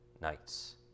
nights